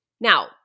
Now